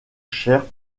chère